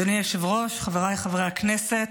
אדוני היושב-ראש, חבריי חברי הכנסת,